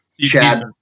chad